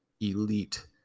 elite